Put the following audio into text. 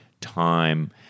time